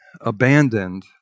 abandoned